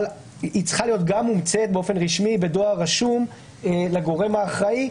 אבל היא צריכה להיות גם מומצאת באופן רשמי בדואר רשום לגורם האחראי,